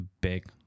big